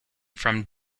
from